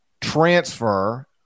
transfer